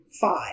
five